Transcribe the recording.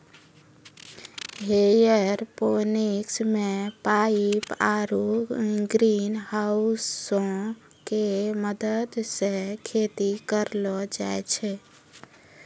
aeroponics मे pipe आरु ग्रीनहाउसो के मदत से खेती करलो जाय छै